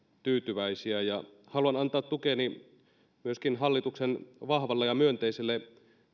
tyytyväisiä haluan antaa tukeni myöskin hallituksen vahvalle ja myönteiselle